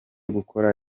gukora